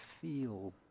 feel